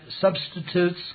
substitute's